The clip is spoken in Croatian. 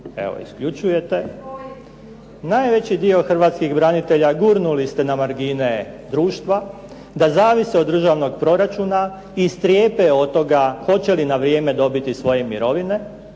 Evo isključujete. Najveći dio hrvatskih branitelja gurnuli ste na margine društva da zavise od državnog proračuna i strepe od toga hoće li na vrijeme dobiti svoje mirovine,